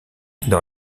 dans